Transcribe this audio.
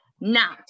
Now